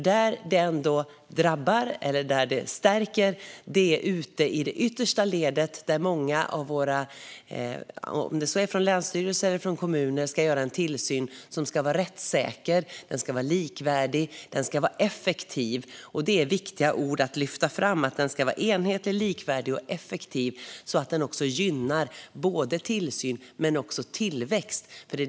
Detta drabbar eller stärker ute i det yttersta ledet, där många av våra länsstyrelser eller kommuner ska genomföra en tillsyn som ska vara rättssäker, likvärdig och effektiv. Detta är viktiga ord att lyfta fram. Tillsynen ska vara enhetlig, likvärdig och effektiv så att både tillsyn och tillväxt gynnas.